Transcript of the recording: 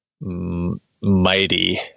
mighty